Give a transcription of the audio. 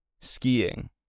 skiing